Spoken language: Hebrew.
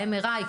ה-MRI,